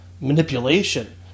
manipulation